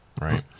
right